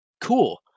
cool